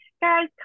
guys